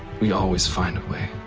we always find a way,